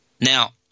now